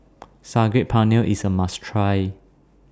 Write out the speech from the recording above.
Saag Paneer IS A must Try